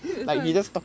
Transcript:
ya that's why